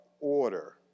order